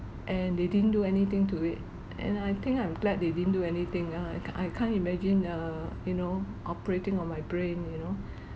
and they didn't do anything to it and I think I'm glad they didn't do anything ya I can't I can't imagine err you know operating on my brain you know